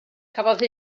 cafodd